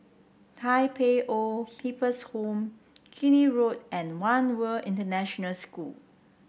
Tai Pei Old People's Home Keene Road and One World International School